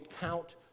count